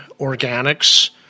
organics